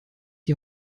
die